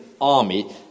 army